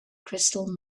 crystal